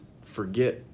forget